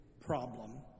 problem